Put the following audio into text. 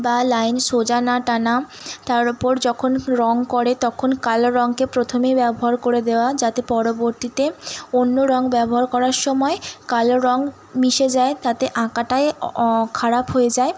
বা লাইন সোজা না টানা তার ওপর যখন রঙ করে তখন কালো রঙকে প্রথমেই ব্যবহার করে দেওয়া যাতে পরবর্তীতে অন্য রঙ ব্যবহার করার সময় কালো রঙ মিশে যায় তাতে আঁকাটাই অঅ খারাপ হয়ে যায়